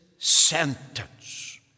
sentence